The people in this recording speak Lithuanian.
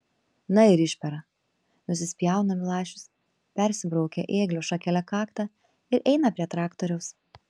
na ir išpera nusispjauna milašius persibraukia ėglio šakele kaktą ir eina prie traktoriaus